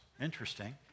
Interesting